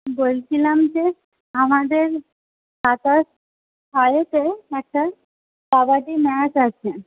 বলছিলাম যে আমাদের সাতাশ তারিখে একটা কাবাডি ম্যাচ আছে